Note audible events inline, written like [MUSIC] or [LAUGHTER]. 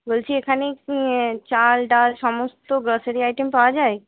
বলছি এখানে [UNINTELLIGIBLE] চাল ডাল সমস্ত গ্রসারি আইটেম পাওয়া যায়